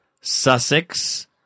Sussex